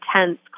intense